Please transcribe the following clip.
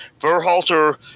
Verhalter